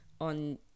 on